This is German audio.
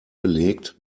belegt